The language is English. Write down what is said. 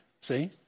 see